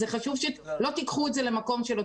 חשוב שלא תיקחו את זה למקום של אוטונומיה.